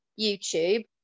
YouTube